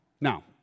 Now